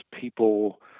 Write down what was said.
people